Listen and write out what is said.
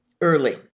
early